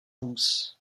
vůz